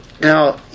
Now